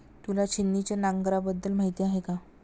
तुला छिन्नीच्या नांगराबद्दल माहिती आहे का?